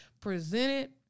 presented